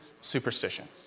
superstition